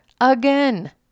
again